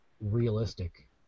realistic